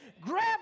Grab